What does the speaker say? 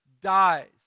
dies